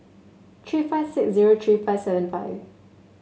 three five six zero three five seven five